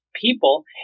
people